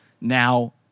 Now